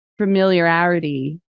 familiarity